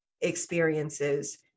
experiences